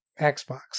Xbox